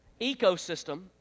ecosystem